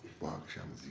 function.